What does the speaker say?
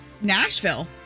Nashville